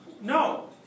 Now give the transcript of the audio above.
no